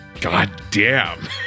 goddamn